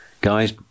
Guys